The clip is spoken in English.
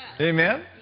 amen